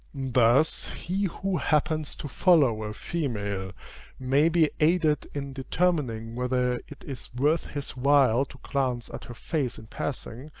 thus he who happens to follow a female may be aided in determining whether it is worth his while to glance at her face in passing,